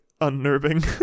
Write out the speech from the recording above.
unnerving